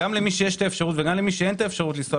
גם למי שיש האפשרות וגם למי שאין האפשרות לנסוע